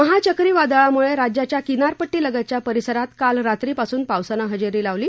महाचक्री वादळामुळे राज्याच्या किनारपट्टीलगतच्या परिसरात काल रात्रीपासून पावसानं हजेरी लावली